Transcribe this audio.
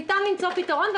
ניתן למצוא פתרון.